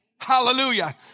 hallelujah